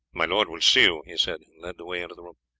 my lord will see you, he said, and led the way into the room.